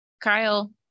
kyle